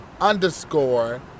underscore